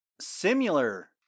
similar